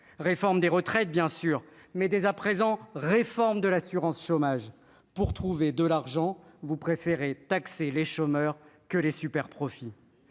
réforme des retraites, bien sûr, mais dès à présent, réforme de l'assurance chômage pour trouver de l'argent, vous préférez taxer les chômeurs que les super profits